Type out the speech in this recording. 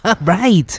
Right